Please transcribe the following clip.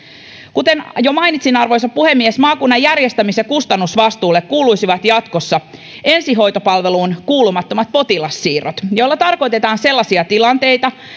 kuten jo mainitsin arvoisa puhemies maakunnan järjestämis ja kustannusvastuulle kuuluisivat jatkossa ensihoitopalveluun kuulumattomat potilassiirrot joilla tarkoitetaan sellaisia tilanteita